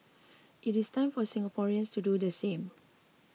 it is time for Singaporeans to do the same